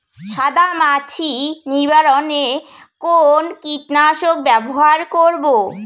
সাদা মাছি নিবারণ এ কোন কীটনাশক ব্যবহার করব?